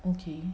okay